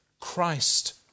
Christ